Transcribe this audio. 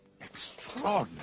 Extraordinary